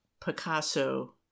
Picasso